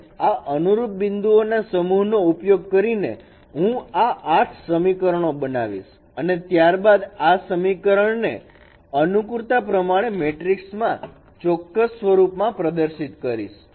અને આ અનુરૂપ બિંદુઓના સમૂહ નો ઉપયોગ કરીને હું આ 8 સમીકરણો બનાવીશ અને ત્યારબાદ આ સમીકરણ ને અનુકૂળતા પ્રમાણે મેટ્રિક્સ માં ચોક્કસ સ્વરૂપ માં પ્રદર્શિત કરીશ